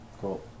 Cool